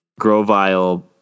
Grovile